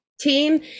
team